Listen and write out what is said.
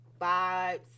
vibes